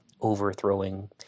overthrowing